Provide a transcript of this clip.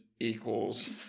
equals